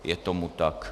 Je tomu tak.